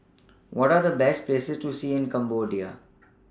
What Are The Best Places to See in Cambodia